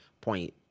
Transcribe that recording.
point